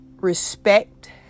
Respect